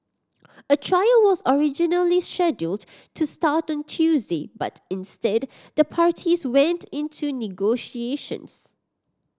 a trial was originally scheduled to start on Tuesday but instead the parties went into negotiations